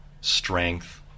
strength